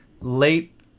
late